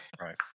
Right